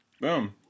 Boom